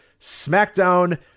Smackdown